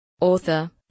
Author